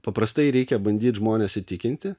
paprastai reikia bandyt žmones įtikinti